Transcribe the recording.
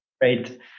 great